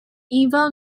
eva